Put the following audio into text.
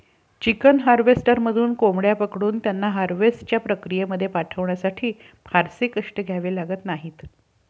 chicken हार्वेस्टरमधून कोंबड्या पकडून त्यांना हार्वेस्टच्या प्रक्रियेत पाठवण्यासाठी फारसे कष्ट घ्यावे लागत नाहीत